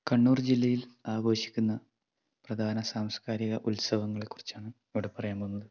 കണ്ണൂർ ജില്ലയിൽ ആഘോഷിക്കുന്ന പ്രധാന സാംസ്കാരിക ഉത്സവങ്ങളെക്കുറിച്ചാണ് ഇവിടെ പറയാൻ പോകുന്നത്